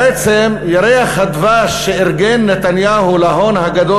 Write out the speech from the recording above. בעצם ירח הדבש שארגן נתניהו להון הגדול